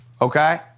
okay